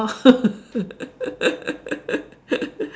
oh